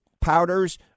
powders